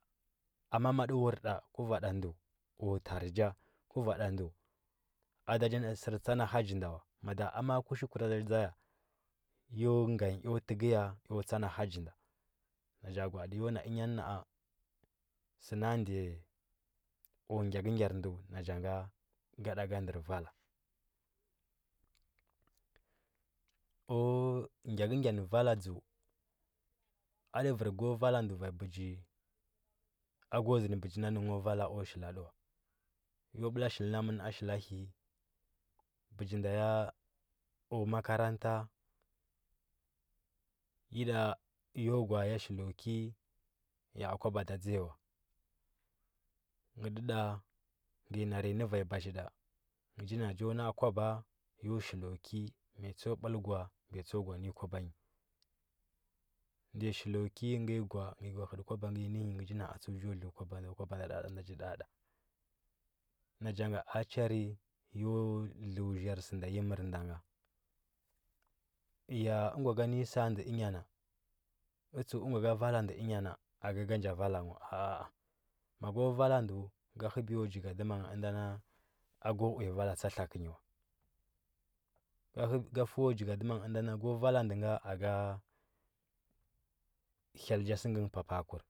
Ama ma. a uur nda kuvanɗa a kutari cha kuvanda ndə a cha na sər tsana hagi nda mada amani kush kura cha tsaya yo ganyi yo təkəya co tsana nda na cha gwa, ati yon a enyan nna, a səna ndəya ku gyakəgyar ndəu na cha nga ku gyakəgyar vala dza bəgi aku zənɗə bəgi nda nəngə nav ala kwa shili tə yo bla shili na mən a shilya hi bəgi yak u makaranta tə ya ɗa yo gwa. a ya shily ki ya kwaba ɗa tsaya wa ngə tə nda ngəə narnyi vaya bazhi nda ngə cha na chon a, akwaba yo shili ku ki maya tstu bla gwa, nɗa ya shilu ki ga bəlu gwa ngə ya gwa hətv kwaba nyi nga nənyi ngə cha na a tsəu cha kwa dləu zhər sə nda ya mər nda nga. Gwa ka nə nyi sa ndə emyanna dtsdu gava ka ne nyi sa ndə enyana dtsdu gwa ka vala ndə dnya na ka. a nja vala ngə wa a, a mako vala ndə ka həbiya jagadma gha inda na ako uya vala tsa tlakən nyi wa ka fuwlu jəgadima gha inda ko vala ndə aka hyel cha səkkə ngə papa kur,